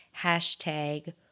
hashtag